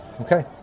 Okay